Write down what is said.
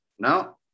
No